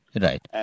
Right